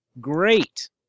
Great